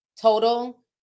total